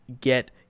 get